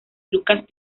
lucas